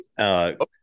Okay